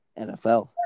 NFL